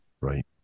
Right